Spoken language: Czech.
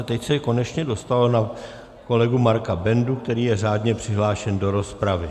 Teď se konečně dostalo na kolegu Marka Bendu, který je řádně přihlášen do rozpravy.